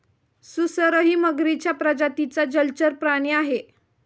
सुसरही मगरीच्या प्रजातीचा जलचर प्राणी आहे